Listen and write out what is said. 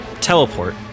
teleport